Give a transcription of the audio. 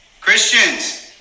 Christians